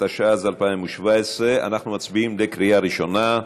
התשע"ז 2017. אנחנו מצביעים בקריאה ראשונה,